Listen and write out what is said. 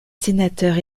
sénateurs